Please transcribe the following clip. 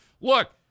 Look